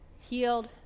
healed